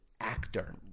actor